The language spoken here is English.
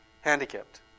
handicapped